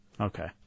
Okay